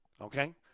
okay